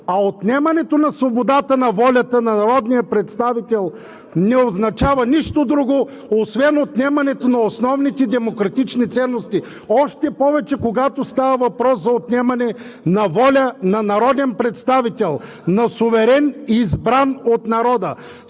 А отнемането на свободата на волята на народния представител не означава нищо друго, освен отнемането на основните демократични ценности. Още повече, когато става въпрос за отнемане на воля на народен представител, на суверен, избран от народа!